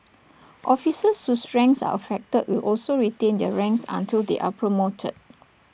officers whose ranks are affected will also retain their ranks until they are promoted